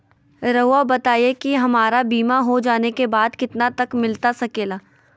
रहुआ बताइए कि हमारा बीमा हो जाने के बाद कितना तक मिलता सके ला?